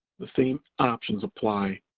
the same options apply.